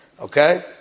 Okay